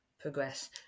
progress